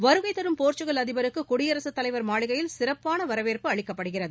வருகை தரும் போர்ச்சுக்கள் அதிபருக்கு குடியரசுத் தலைவர் மாளிகையில் சிறப்பான வரவேற்பு அளிக்கப்படுகிறது